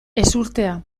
ezurtea